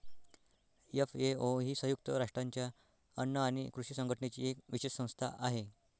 FAO ही संयुक्त राष्ट्रांच्या अन्न आणि कृषी संघटनेची एक विशेष संस्था आहे